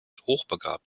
hochbegabt